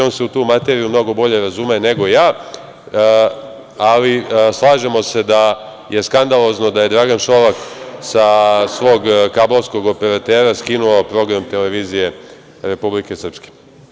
One se u tu materiju mnogo bolje razume nego ja, ali slažemo se da je skandalozno da je Dragan Šolak sa svog kablovskog operatera skinuo program televizije Republike Srpske.